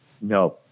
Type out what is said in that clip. No